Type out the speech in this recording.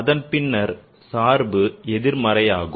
அதன் பின்னர் சார்பு எதிர்மறையாகும்